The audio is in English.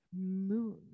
moon